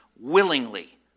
willingly